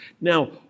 Now